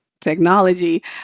Technology